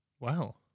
Wow